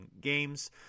games